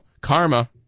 karma